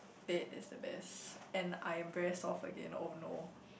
beat is the best and I'm very soft again oh no